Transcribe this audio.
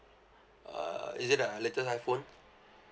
uh is it the latest iphone